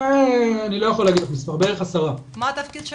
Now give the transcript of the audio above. מה התפקיד שלך?